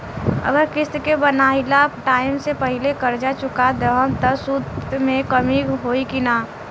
अगर किश्त के बनहाएल टाइम से पहिले कर्जा चुका दहम त सूद मे कमी होई की ना?